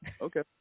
Okay